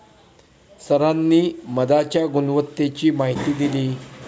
सरांनी मधाच्या गुणवत्तेची माहिती दिली